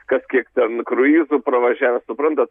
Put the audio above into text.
kas kiek ten kruizų pravažiavęs suprantat